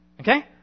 Okay